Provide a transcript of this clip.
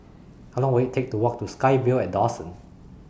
How Long Will IT Take to Walk to SkyVille At Dawson